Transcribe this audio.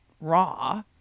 raw